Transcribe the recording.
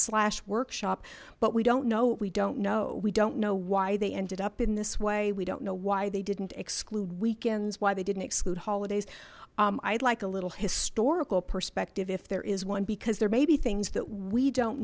slash workshop but we don't know we don't know we don't know why they ended up in this way we don't know why they didn't exclude weekends why they didn't exclude holidays i'd like a little historical perspective if there is one because there may be things that we don't